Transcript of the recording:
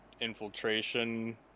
infiltration